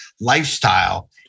lifestyle